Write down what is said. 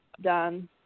done